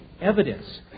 evidence